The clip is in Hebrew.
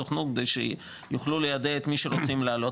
לסוכנות כדי שיוכלו ליידע את מי שמעוניין לעלות,